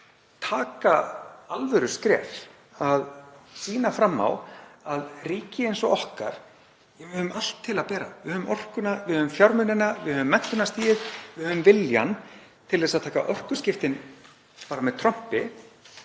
taka alvöruskref og sýna fram á hvað ríki eins og okkar getur. Við höfum allt til að bera, við höfum orkuna, við höfum fjármunina, við höfum menntunarstigið, við höfum viljann til þess að taka orkuskiptin með trompi